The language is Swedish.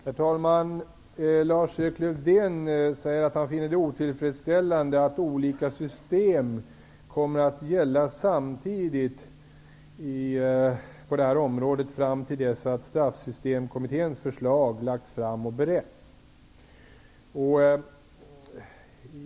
Herr talman! Lars-Erik Lövdén säger att han finner det otillfredsställande att olika system kommer att gälla samtidigt på det här området fram till dess att Straffsystemkommitténs förslag lagts fram och beretts.